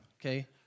okay